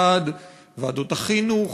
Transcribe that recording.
וועדות החינוך,